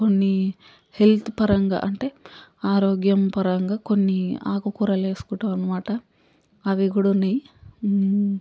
కొన్ని హెల్త్ పరంగా అంటే ఆరోగ్యం పరంగా కొన్ని ఆకు కూరలు వేసుకుంటాం అనమాట అవికూడ ఉన్నాయి